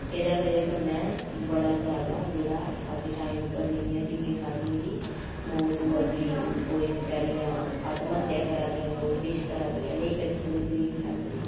एह्दे बजह् कन्नै बड़ा ज्यादा जेह्ड़ा अज्ज टाइम उप्पर जेह्ड़ियें धियें साढ़ियें गी मौत होआ दी कोई बचारियां आत्महत्या करा दियां कोई किश करा दियां नेईं करी सकदी गरीब फैमली